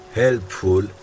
helpful